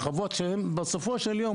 הרחבות שהם בסופו של יום,